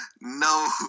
no